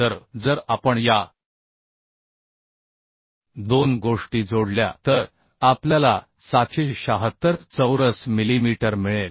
तर जर आपण या दोन गोष्टी जोडल्या तर आपल्याला 776 चौरस मिलीमीटर मिळेल